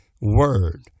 word